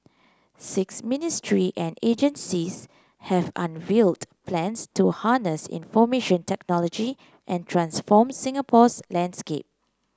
six ministry and agencies have unveiled plans to harness information technology and transform Singapore's landscape